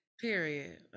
Period